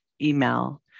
email